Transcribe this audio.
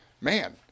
man